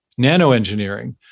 nanoengineering